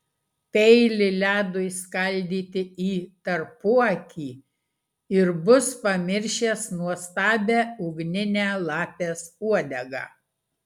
peilį ledui skaldyti į tarpuakį ir bus pamiršęs nuostabią ugninę lapės uodegą